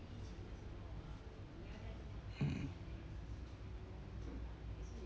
mm